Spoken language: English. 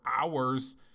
hours